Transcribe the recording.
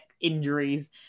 injuries